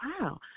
wow